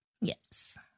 Yes